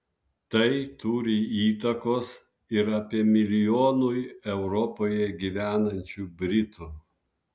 tai turi įtakos ir apie milijonui europoje gyvenančių britų